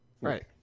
Right